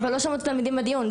אבל לא שמעו את התלמידים בדיון.